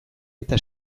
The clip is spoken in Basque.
eta